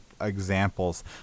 examples